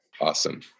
awesome